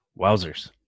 wowzers